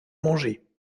manger